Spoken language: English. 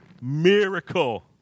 Miracle